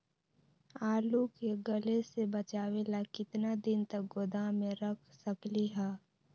आलू के गले से बचाबे ला कितना दिन तक गोदाम में रख सकली ह?